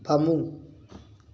ꯐꯃꯨꯡ